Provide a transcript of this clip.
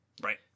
Right